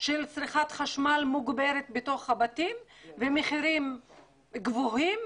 של צריכת חשמל מוגברת בבתים ומחירים גבוהים